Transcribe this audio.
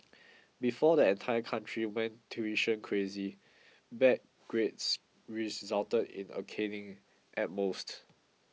before the entire country went tuition crazy bad grades resulted in a caning at most